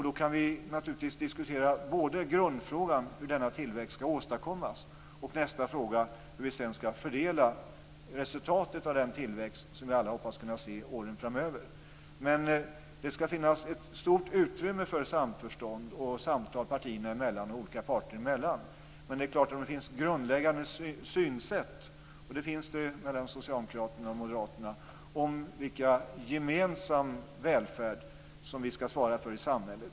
Då kan vi naturligtvis diskutera både grundfrågan, hur denna tillväxt skall åstadkommas, och nästa fråga, nämligen hur vi sedan skall fördela resultatet av den tillväxt som vi alla hoppas få se under åren framöver. Det skall finnas ett stort utrymme för samförstånd och samtal partierna och olika parter emellan. Men det finns skillnader i de grundläggande synsätten mellan Socialdemokraterna och Moderaterna om vilken gemensam välfärd som vi skall svara för i samhället.